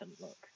look